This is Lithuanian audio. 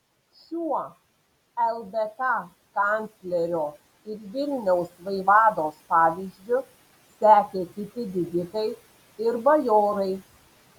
šiuo ldk kanclerio ir vilniaus vaivados pavyzdžiu sekė kiti didikai ir bajorai